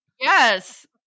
Yes